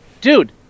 Dude